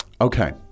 Okay